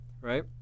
right